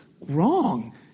wrong